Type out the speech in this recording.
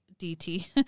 DT